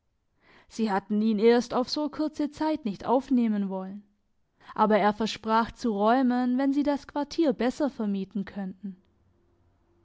sie hatten ihn erst auf so kurze zeit nicht aufnehmen wollen aber er versprach zu räumen wenn sie das quartier besser vermieten könnten